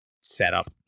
setup